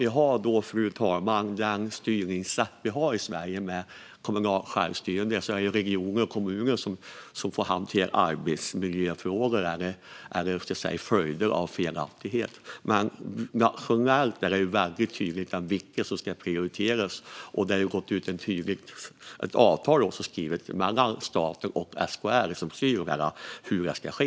Genom att vi har det styrningssätt vi har i Sverige med kommunalt självstyre och där det är regioner och kommuner som får hantera arbetsmiljöfrågor får det felaktigheter som följd. Men nationellt är det väldigt tydligt vilka som ska prioriteras. Det har också skrivits ett tydligt avtal mellan staten och SKR som beskriver hur vaccineringen ska ske.